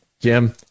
Jim